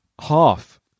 half